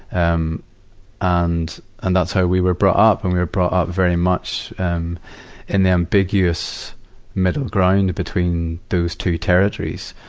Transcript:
and, um and and that's how we were brought up. and we were brought up very much, um, in an ambiguous middle ground between those two territories,